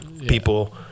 People